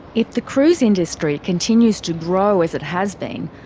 if the cruise industry continues to grow as it has been,